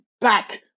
back